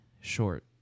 short